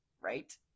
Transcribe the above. right